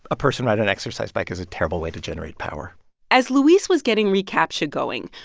a person riding an exercise bike is a terrible way to generate power as luis was getting recaptcha going,